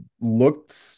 looked